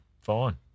fine